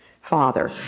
father